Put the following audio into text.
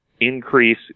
increase